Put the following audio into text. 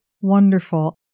wonderful